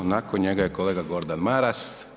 Nakon njega je kolega Gordan Maras.